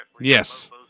Yes